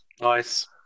Nice